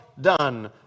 done